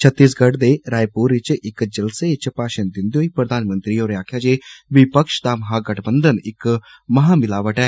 छत्तीगढ़ दे रायपूर च इक जलसे च भाशण दिन्दे होई प्रधानमंत्री होरें आक्खेआ जे विपक्ष दा महागठबंधन इक महामिलावट ऐ